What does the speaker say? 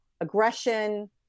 aggression